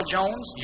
Jones